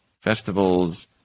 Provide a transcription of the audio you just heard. festivals